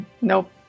nope